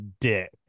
dick